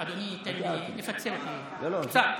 אדוני, תן לי, תפצה אותי, קצת.